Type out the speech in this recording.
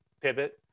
pivot